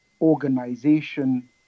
organization